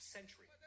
Century